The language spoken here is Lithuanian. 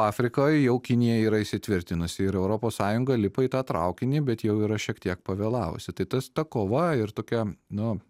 afrikoj jau kinija yra įsitvirtinusi ir europos sąjunga lipa į tą traukinį bet jau yra šiek tiek pavėlavusi tai tas ta kova ir tokia nu